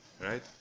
right